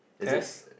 test